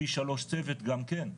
פי שלוש צוות גם כן.